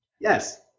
yes